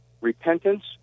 repentance